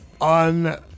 on